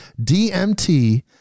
DMT